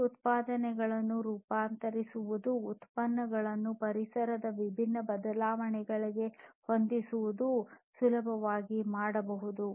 ಈ ಉತ್ಪನ್ನಗಳನ್ನು ರೂಪಾಂತರಿಸುವುದು ಉತ್ಪನ್ನಗಳನ್ನು ಪರಿಸರದ ವಿಭಿನ್ನ ಬದಲಾವಣೆಗಳಿಗೆ ಹೊಂದಿಸುವುದು ಸುಲಭವಾಗಿ ಮಾಡಬಹುದು